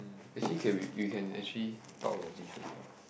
um actually can we we can actually talk about this also